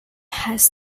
has